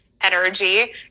energy